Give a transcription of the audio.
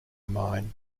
mine